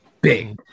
Big